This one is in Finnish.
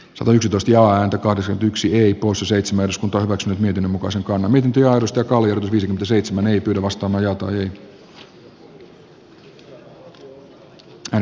savon sidos ja antakaa kysytyksi ei puhu su seitsemäs polvet miten muka sekaantuminen työllistää caller viisi seitsemän ei arvoisa herra puhemies